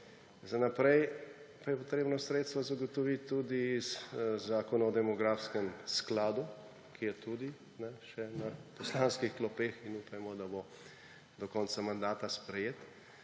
Za naprej pa je treba sredstva zagotoviti tudi na podlagi Zakona o demografskem skladu, ki je tudi še na poslanskih klopeh, in upajmo, da bo do konca mandata sprejet.